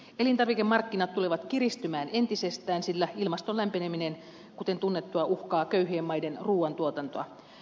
elintarvikemarkkinat tulevat kiristymään entisestään sillä ilmaston lämpeneminen kuten tunnettua uhkaa köyhien maiden ruuantuotantoa